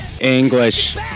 english